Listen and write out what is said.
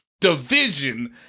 division